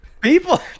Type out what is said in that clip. people